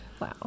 Wow